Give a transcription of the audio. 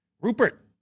Rupert